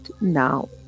now